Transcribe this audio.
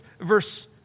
verse